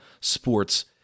sports